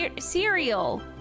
cereal